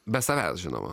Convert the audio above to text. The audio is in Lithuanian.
be savęs žinoma